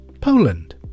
Poland